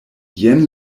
jen